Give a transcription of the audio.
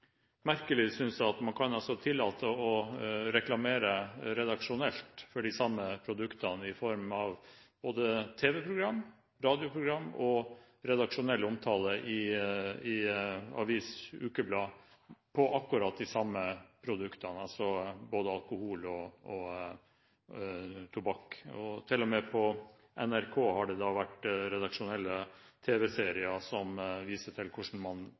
merkelig, synes jeg, at man redaksjonelt kan tillate å reklamere for de samme produktene i form av tv-program, radioprogram og redaksjonell omtale i aviser/ukeblad om akkurat de samme produktene, altså for både alkohol og tobakk. Til og med på NRK har det vært redaksjonelle tv-serier som viser til hvordan man